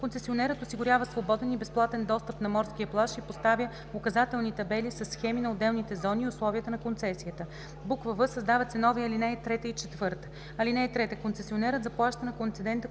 Концесионерът осигурява свободен и безплатен достъп на морския плаж и поставя указателни табели със схеми на отделните зони и условията на концесията.“; в) създават се нови алинеи 3 и 4: „(3) Концесионерът заплаща на концедента концесионно